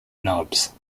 knobs